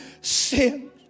sin